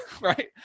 right